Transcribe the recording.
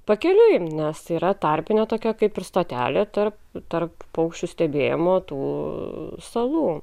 pakeliui nes yra tarpinio tokio kaip ir stotelė tarp tarp paukščių stebėjimo tų salų